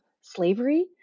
slavery